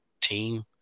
team